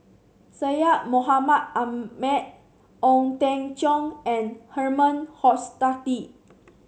Syed Mohamed Ahmed Ong Teng Cheong and Herman Hochstadt